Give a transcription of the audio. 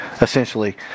essentially